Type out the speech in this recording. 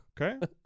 Okay